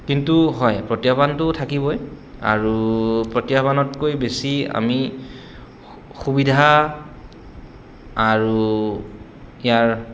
কিন্তু হয় প্ৰত্যাহ্বানটো থাকিবই আৰু প্ৰত্যাহ্বানতকৈ বেছি আমি সুবিধা আৰু ইয়াৰ